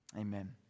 amen